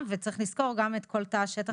וצריך לזכור גם את כל תא השטח של גוש עציון.